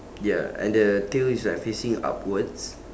ya and the tail is like facing upwards